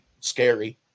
scary